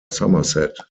somerset